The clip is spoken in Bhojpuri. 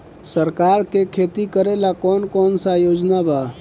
सरकार के खेती करेला कौन कौनसा योजना बा?